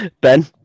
Ben